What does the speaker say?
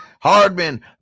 Hardman